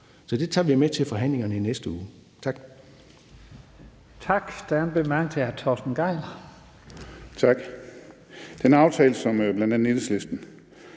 Så det tager vi med til forhandlingerne i næste uge.